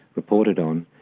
reported on,